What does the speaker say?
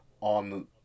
on